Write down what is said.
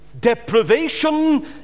deprivation